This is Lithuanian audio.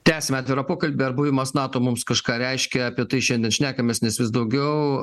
tęsiame atvirą pokalbį ar buvimas nato mums kažką reiškia apie tai šiandien šnekamės nes vis daugiau